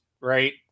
right